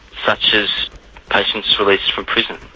such as patients released from prison.